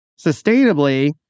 sustainably